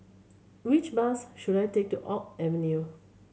which bus should I take to Oak Avenue